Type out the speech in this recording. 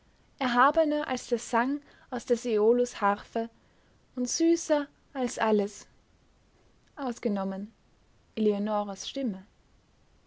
erhabener als der sang aus des äolus harfe und süßer als alles ausgenommen eleonoras stimme